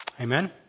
Amen